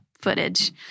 footage